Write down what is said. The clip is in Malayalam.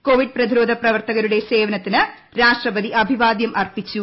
കോവിഡ് പ്രതിരോധ പ്രവർത്തകരുടെ സേവനത്തിന് രാഷ്ട്രപതി അഭിവാദ്യം അർപ്പിച്ചു